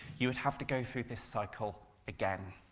you would have to go through this cycle again.